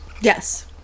yes